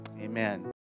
Amen